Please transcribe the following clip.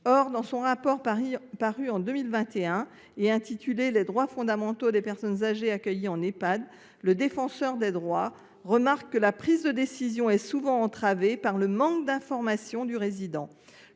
Or, dans son rapport paru en 2021 sur les droits fondamentaux des personnes âgées accueillies en Ehpad, la Défenseure des droits remarque que la prise de décision est souvent entravée par le manque d’informations du résident.